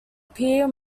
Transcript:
appear